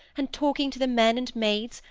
and talking to the men and maids,